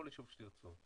כל יישוב שירצו,